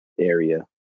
area